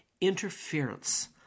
interference